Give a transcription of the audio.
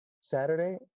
Saturday